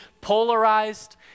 polarized